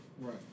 Right